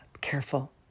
careful